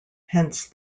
hence